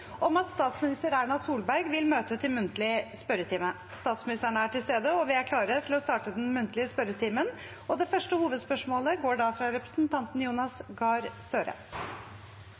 om at statsminister Erna Solberg vil møte til muntlig spørretime. Statsministeren er til stede, og vi er klare til å starte den muntlige spørretimen. Det første hovedspørsmålet er fra representanten Jonas Gahr Støre.